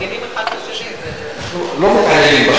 פשוט לא רגילים ששני חברים מאותה סיעה מפרגנים אחד לשני.